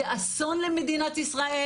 זה אסון למדינת ישראל.